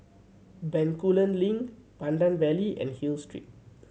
Bencoolen Link Pandan Valley and Hill Street